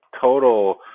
total